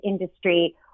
industry